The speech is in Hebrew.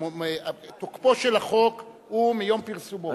תוקפו של החוק הוא מיום פרסומו.